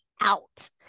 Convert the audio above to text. out